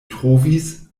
trovis